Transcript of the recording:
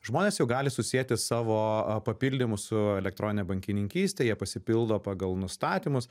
žmonės jau gali susieti savo papildymus su elektronine bankininkyste jie pasipildo pagal nustatymus